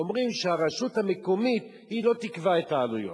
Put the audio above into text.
אומרים שהרשות המקומית לא תקבע את העלויות,